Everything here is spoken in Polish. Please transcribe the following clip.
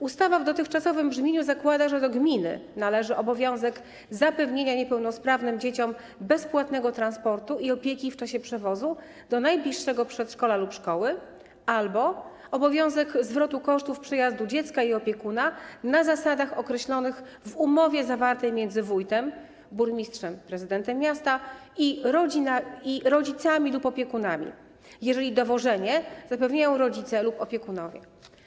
Ustawa w dotychczasowym brzmieniu zakłada, że do gminy należy obowiązek zapewnienia niepełnosprawnym dzieciom bezpłatnego transportu i opieki w czasie przewozu do najbliższego przedszkola lub szkoły albo obowiązek zwrotu kosztów przejazdu dziecka i opiekuna na zasadach określonych w umowie zawartej między wójtem, burmistrzem, prezydentem miasta i rodzicami lub opiekunami, jeżeli dowożenie zapewniają rodzice lub opiekunowie.